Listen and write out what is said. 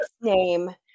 name